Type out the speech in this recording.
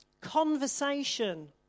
conversation